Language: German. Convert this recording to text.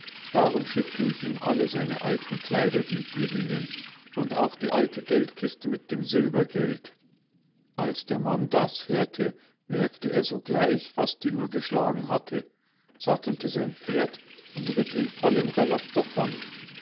darum schickte ich ihm alle seine alten kleider die hier hangen und auch die alte geldkiste mit dem silbergeld als der mann das hörte merkte er sogleich was die uhr geschlagen hatte sattelte sein pferd und ritt in vollem galopp davon